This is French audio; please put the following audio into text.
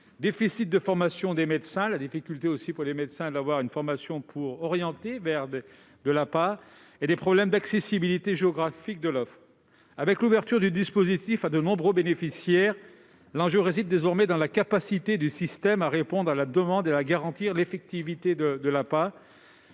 déficit de formation des médecins, notamment s'agissant de l'orientation vers l'APA ; problèmes d'accessibilité géographique de l'offre. Avec l'ouverture du dispositif à de nombreux bénéficiaires, l'enjeu réside désormais dans la capacité du système à répondre à la demande et à garantir l'effectivité de l'APA.